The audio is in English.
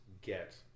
get